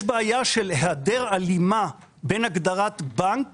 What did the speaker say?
יש בעיה של היעדר הלימה בין הגדרת בנק